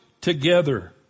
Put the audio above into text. together